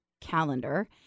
calendar